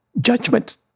Judgment